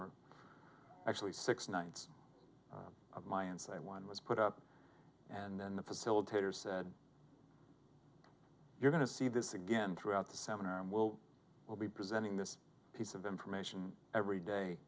were actually six nights of my insight one was put up and then the facilitator said you're going to see this again throughout the seminar and we'll will be presenting this piece of information every day